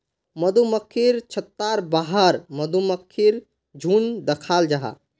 मधुमक्खिर छत्तार बाहर मधुमक्खीर झुण्ड दखाल जाहा